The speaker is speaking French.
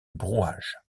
brouage